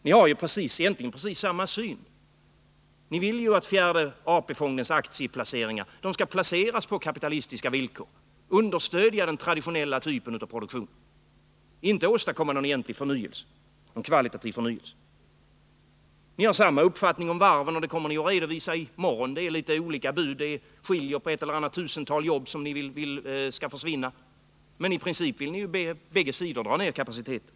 Ni har ju egentligen precis samma syn. Ni vill båda att fjärde AP-fondens aktier skall placeras på kapitalistiska villkor och understödja den traditionella typen av produktion och alltså inte åstadkomma någon egentlig kvalitativ förnyelse. Ni har samma uppfattning om varven. Det kommer ni att redovisa i morgon. Ni har litet olika bud — det skiljer på ett eller annat tusental jobb som ni vill skall försvinna, men i princip vill ni ju på båda sidor dra ned kapaciteten.